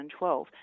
2012